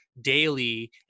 daily